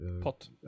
pot